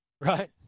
Right